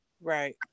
Right